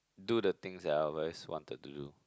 do the things that I always wanted to do